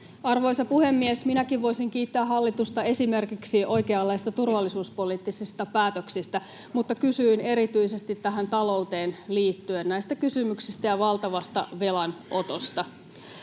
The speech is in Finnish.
Arvoisa puhemies! Minäkin voisin kiittää hallitusta esimerkiksi oikeanlaisista turvallisuuspoliittisista päätöksistä, mutta kysyin erityisesti tähän talouteen liittyen näistä kysymyksistä ja valtavasta velanotosta.